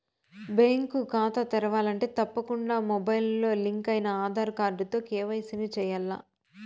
bank కాతా తెరవాలంటే తప్పకుండా మొబయిల్తో లింకయిన ఆదార్ కార్డుతో కేవైసీని చేయించాల్ల